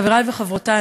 חברי וחברותי,